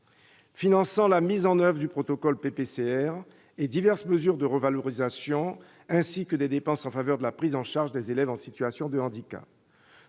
finançant la mise en oeuvre du protocole PPCR et diverses mesures de revalorisation, ainsi que des dépenses en faveur de la prise en charge des élèves en situation de handicap.